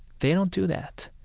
they don't do that.